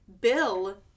Bill